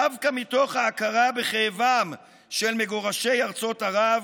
דווקא מתוך ההכרה בכאבם של מגורשי ארצות ערב